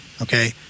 Okay